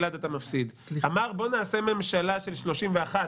אמר: בואו נעשה ממשלה של 31,